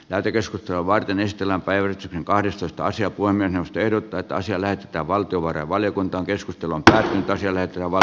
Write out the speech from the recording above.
lähetekeskustelua varten jos elän päivän kahdessa taas jokunen ehdottaa toiselle että valtiovarainvaliokunta keskustelun töitä siellä ovat